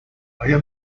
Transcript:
آیا